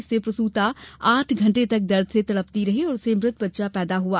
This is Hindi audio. इससे प्रसूता आठ घंटे तक दर्द से तड़पती रही और उसे मृत बच्चा पैदा हुआ